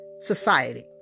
society